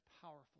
powerful